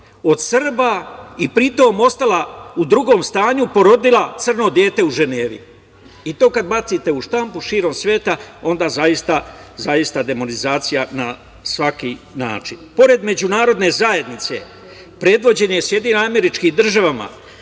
od Srba i pri tom ostala u drugom stanju, porodila crno dete u Ženevi. I to kad bacite u štampu širom sveta onda zaista demonizacija na svaki način. Pored Međunarodne zajednice predvođene SAD najveći neprijatelj